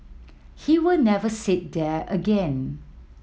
he will never sit there again